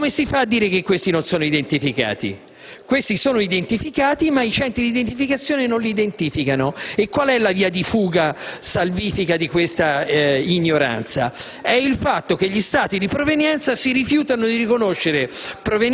Come si fa a dire che questi non sono identificati? Questi sono identificati, ma i centri di identificazione non lo fanno. Qual è la via di fuga salvifica di questa ignoranza? È il fatto che gli Stati di provenienza si rifiutano di riconoscere